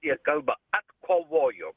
jie kalba atkovojo